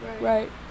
Right